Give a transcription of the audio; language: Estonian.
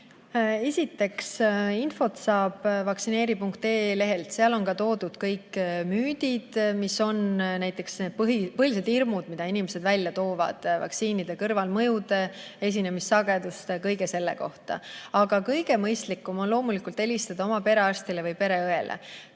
Esiteks, infot saab vaktsineeri.ee lehelt. Seal on kirjas kõik müüdid, mis on põhilised hirmud, mida inimesed välja toovad, näiteks vaktsiinide kõrvalmõjude esinemissagedus ja kõik selline. Aga kõige mõistlikum on loomulikult helistada oma perearstile või pereõele.